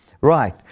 Right